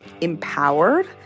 empowered